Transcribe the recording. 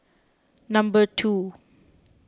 number two